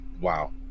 wow